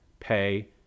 pay